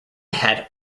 had